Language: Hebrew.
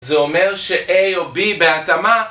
זה אומר ש-A או-B בהתאמה